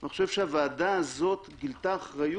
אני חושב שהוועדה הזו גילתה אחריות,